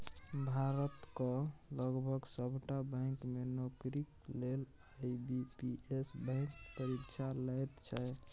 भारतक लगभग सभटा बैंक मे नौकरीक लेल आई.बी.पी.एस बैंक परीक्षा लैत छै